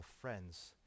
friends